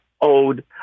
owed